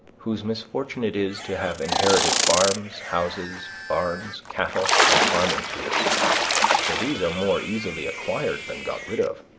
whose misfortune it is to have inherited farms, houses, barns, cattle, and farming tools for these are more easily acquired than got rid of.